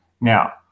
Now